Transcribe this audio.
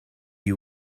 you